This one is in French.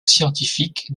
scientifique